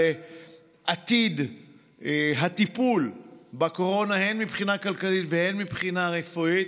על עתיד הטיפול בקורונה הן מבחינה כלכלית והן מבחינה רפואית.